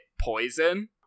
poison